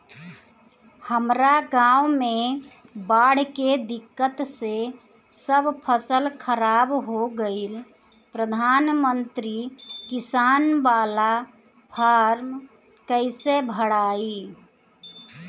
हमरा गांव मे बॉढ़ के दिक्कत से सब फसल खराब हो गईल प्रधानमंत्री किसान बाला फर्म कैसे भड़ाई?